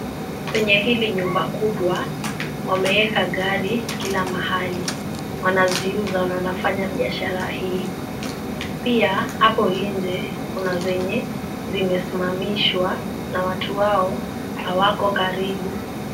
Kwenye hili nyumba kubwa wameeka gari kila mahali. Wanaziuza na wanafanya biashara hii. Pia hapo nje kuna zenye zimesimamishwa na watu wao hawako karibu.